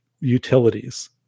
utilities